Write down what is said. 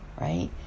right